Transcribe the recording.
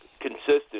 consistent